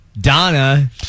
Donna